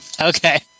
Okay